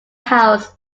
house